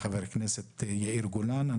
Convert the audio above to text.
חבר הכנסת יאיר גולן.